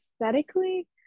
aesthetically